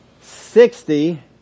sixty